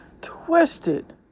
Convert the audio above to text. twisted